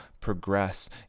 progress